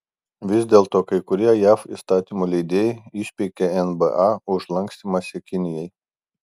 vis dėlto kai kurie jav įstatymų leidėjai išpeikė nba už lankstymąsi kinijai